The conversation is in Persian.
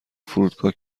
فرودگاه